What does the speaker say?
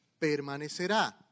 permanecerá